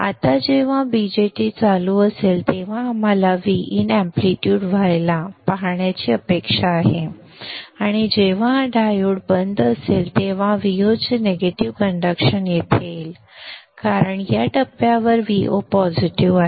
आता जेव्हा BJT चालू असेल तेव्हा आम्हाला Vin अॅम्प्लीट्यूड व्हायला पाहण्याची अपेक्षा आहे आणि जेव्हा हा डायोड बंद असेल तेव्हा Vo चे निगेटिव्ह कंडक्शन येथे येईल कारण या टप्प्यावर Vo पॉझिटिव्ह आहे